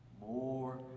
more